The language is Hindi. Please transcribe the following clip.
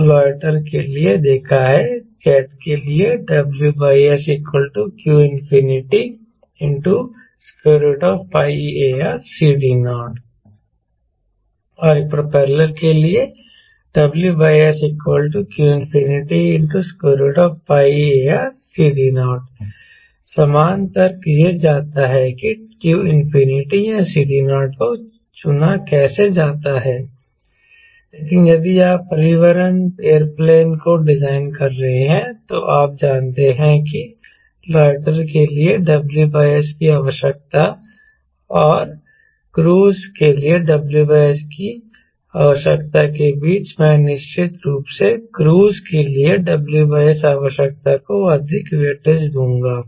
तो लॉइटर के लिए देखा है जेट के लिए है WS q AReCD0 और एक प्रोपेलर के लिए है WS q AReCD0 समान तर्क यह जाता है कि q या CD0 को चुना कैसे जाता है लेकिन यदि आप परिवहन एयरप्लेन को डिजाइन कर रहे हैं तो आप जानते हैं कि लॉइटर के लिए W S की आवश्यकता और क्रूज़ के लिए W S की आवश्यकता के बीच मैं निश्चित रूप से क्रूज़ के लिए W S आवश्यकता को अधिक वेटेज दूंगा